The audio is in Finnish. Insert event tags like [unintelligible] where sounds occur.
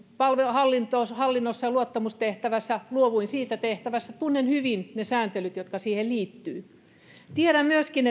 hallinnossa hallinnossa ja luottamustehtävässä ja luovuin siitä tehtävästä tunnen hyvin ne sääntelyt jotka siihen liittyvät tiedän myöskin [unintelligible]